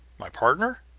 my partner?